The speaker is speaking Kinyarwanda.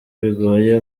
bigoye